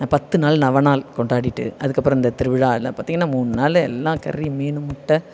பத்து நாள் நவ நாள் கொண்டாடிவிட்டு அதுக்கப்புறம் இந்த திருவிழா எல்லாம் பார்த்தீங்கன்னா மூணு நாளில் எல்லாம் கறி மீன் முட்டை